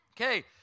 Okay